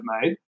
made